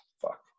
fuck